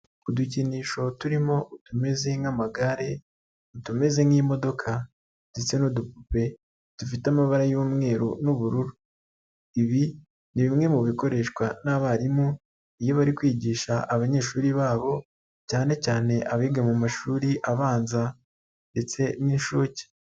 udukinisho turimo utumeze nk'amagare, utumeze nk'imodoka, ndetse n'udupupe dufite amabara y'umweru n'ubururu. Ibi ni bimwe mu bikoreshwa n'abarimu iyo bari kwigisha abanyeshuri babo cyane cyane abiga mu mashuri abanza ndetse n'inshuke.